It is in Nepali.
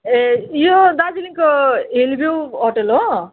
ए यो दार्जिलिङको हिलभ्यु होटल हो